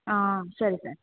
ಹಾಂ ಸರಿ ಸರ್